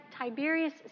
Tiberius